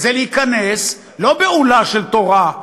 זה להיכנס לא בעולה של תורה,